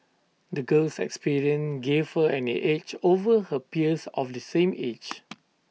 the girl's experiences gave her an edge over her peers of the same age